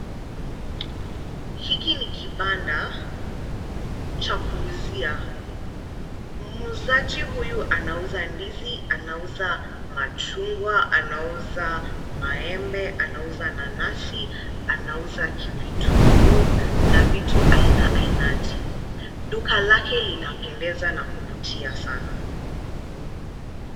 Hiki ni kibanda cha kuuzia. Muuzaji huyu anauza ndizi, anauza machungwa, anauza maembe, anauza nanasi, anauza vitunguu na vitu aina ainati. Duka lake linapendeza na kuvutia sana.